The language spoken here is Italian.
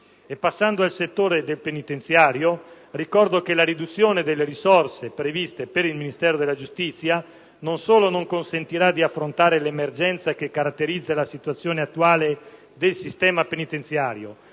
riguarda il settore penitenziario, ricordo che la riduzione delle risorse previste per il Ministero della giustizia non solo non consentirà di affrontare l'emergenza che caratterizza la situazione attuale del sistema penitenziario